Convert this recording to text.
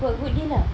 got good deal lah